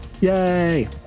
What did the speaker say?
Yay